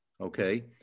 okay